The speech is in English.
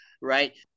right